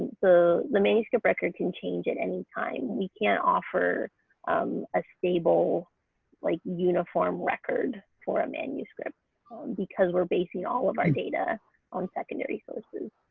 so the manuscript records can change at any time. we can't offer a stable like uniform record for a manuscript because we're basing all of our data on secondary sources.